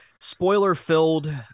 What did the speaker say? spoiler-filled